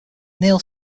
neal